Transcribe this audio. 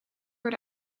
door